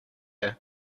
air